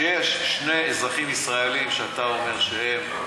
שיש שני אזרחים ישראלים שאתה אומר שהם,